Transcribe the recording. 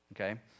Okay